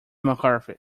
mccarthy